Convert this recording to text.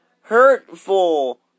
hurtful